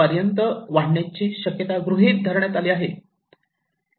1 पर्यंत वाढण्याचे शक्यता गृहीत धरण्यात आली आहे